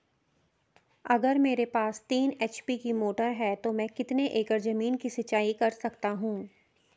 अगर मेरे पास तीन एच.पी की मोटर है तो मैं कितने एकड़ ज़मीन की सिंचाई कर सकता हूँ?